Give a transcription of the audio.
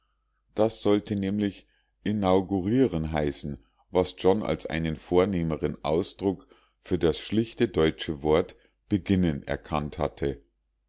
das sollte nämlich inaugurieren heißen was john als einen vornehmeren ausdruck für das schlichte deutsche wort beginnen erkannt hatte